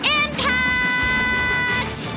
impact